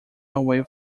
away